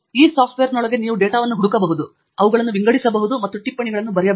ಈ ಸಾಫ್ಟ್ವೇರ್ನೊಳಗೆ ನೀವು ಡೇಟಾವನ್ನು ಹುಡುಕಬಹುದು ನೀವು ಅವುಗಳನ್ನು ವಿಂಗಡಿಸಬಹುದು ಮತ್ತು ನೀವು ಟಿಪ್ಪಣಿಗಳನ್ನು ಬರೆಯಬಹುದು